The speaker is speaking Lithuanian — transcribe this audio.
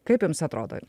kaip jums atrodo